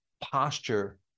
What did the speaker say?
posture